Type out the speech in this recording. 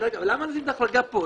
למה לשים את ההחרגה פה?